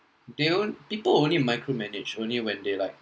do you people only micro manage only when they like